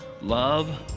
love